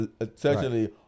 essentially